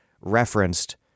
referenced